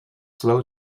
slow